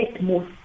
more